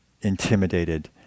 intimidated